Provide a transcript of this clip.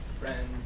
friends